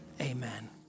Amen